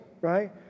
right